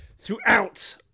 throughout